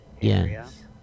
Yes